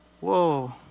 Whoa